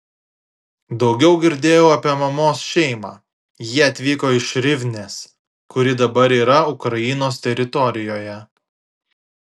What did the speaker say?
daugiau girdėjau apie mamos šeimą jie atvyko iš rivnės kuri dabar yra ukrainos teritorijoje